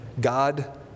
God